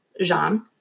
Jean